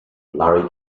larry